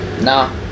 Nah